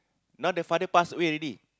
now the father pass away already